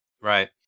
Right